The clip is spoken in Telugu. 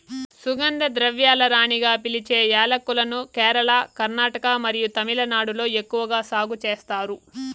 సుగంధ ద్రవ్యాల రాణిగా పిలిచే యాలక్కులను కేరళ, కర్ణాటక మరియు తమిళనాడులో ఎక్కువగా సాగు చేస్తారు